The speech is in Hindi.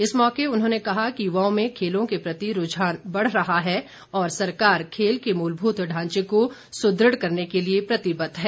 इस मौके उन्होंने कहा कि युवाओं में खेलों के प्रति रूझान बढ़ रहा है और सरकार खेल के मूलभूत ढांचे को सुदृढ़ करने के लिए प्रतिबद्ध है